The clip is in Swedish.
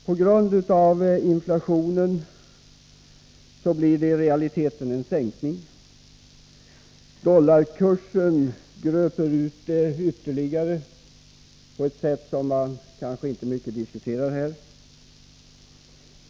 På grund av inflationen blir det i realiteten en sänkning. Dollarkursen gröper ur det ytterligare på ett sätt som kanske inte diskuterats så mycket här.